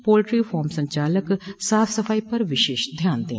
poultry farm संचालक साफ सफाई पर विशेष ध्यान दें